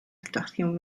actuación